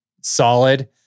Solid